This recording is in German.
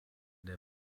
der